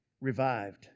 revived